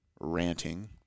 ranting